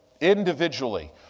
Individually